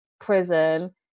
prison